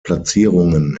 platzierungen